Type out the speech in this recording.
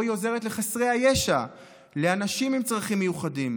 היא עוזרת לחסרי הישע ולאנשים עם צרכים מיוחדים.